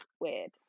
weird